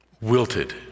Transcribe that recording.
wilted